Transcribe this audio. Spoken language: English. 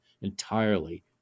entirely